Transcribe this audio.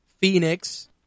Phoenix